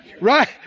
Right